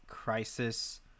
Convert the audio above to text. crisis